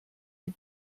die